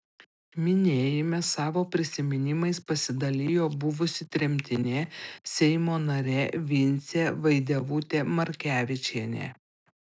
minėjime savo prisiminimais pasidalijo buvusi tremtinė seimo narė vincė vaidevutė markevičienė